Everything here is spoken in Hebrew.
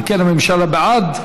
אם כן, הממשלה בעד.